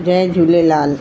Jay Jhulelal